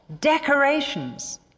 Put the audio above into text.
decorations